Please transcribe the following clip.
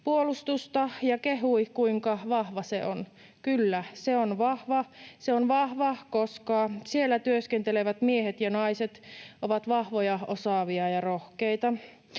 puolustusta ja kehui, kuinka vahva se on. Kyllä, se on vahva. Se on vahva, koska siellä työskentelevät miehet ja naiset ovat vahvoja, osaavia ja rohkeita.